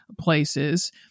places